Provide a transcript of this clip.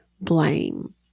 blame